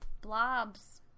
blobs